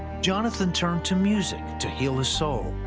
jonathan turned to music to heal his soul.